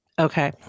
Okay